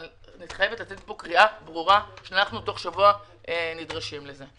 חייבת לצאת מפה קריאה ברורה שתוך שבוע אנחנו נדרשים לזה.